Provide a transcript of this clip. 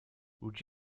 would